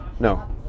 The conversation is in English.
No